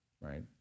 right